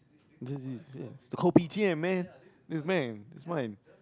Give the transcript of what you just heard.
this is yes the kopitiam man this man this man